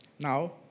Now